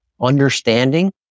understanding